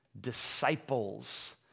disciples